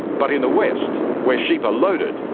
but in the west where sheep are loaded,